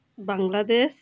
Bangladesh